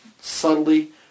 subtly